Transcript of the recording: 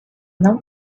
não